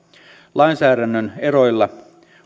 lainsäädännön eroilla